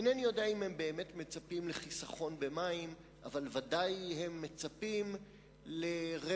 אינני יודע אם הם באמת מצפים לחיסכון במים אבל ודאי שהם מצפים לרווח